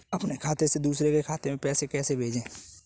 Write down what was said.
अपने खाते से दूसरे के खाते में पैसे को कैसे भेजे?